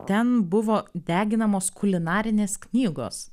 ten buvo deginamos kulinarinės knygos